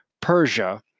Persia